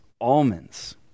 almonds